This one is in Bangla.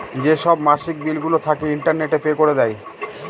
যেসব মাসিক বিলগুলো থাকে, ইন্টারনেটে পে করে দেয়